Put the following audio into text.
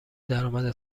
درآمد